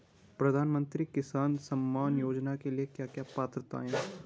प्रधानमंत्री किसान सम्मान योजना के लिए क्या क्या पात्रताऐं हैं?